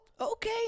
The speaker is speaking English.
Okay